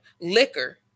Liquor